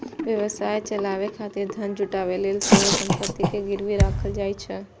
व्यवसाय चलाबै खातिर धन जुटाबै लेल सेहो संपत्ति कें गिरवी राखल जाइ छै